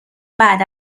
بعد